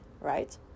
right